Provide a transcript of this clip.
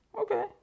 okay